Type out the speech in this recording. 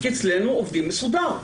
כי אצלנו עובדים מסודר,